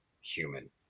human